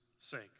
sake